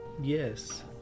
Yes